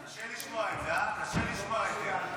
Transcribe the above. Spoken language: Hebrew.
קשה לשמוע את זה, קשה לשמוע אמת.